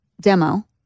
demo